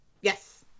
yes